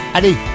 Allez